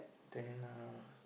then uh